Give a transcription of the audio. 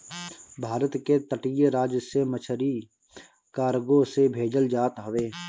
भारत के तटीय राज से मछरी कार्गो से भेजल जात हवे